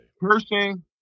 person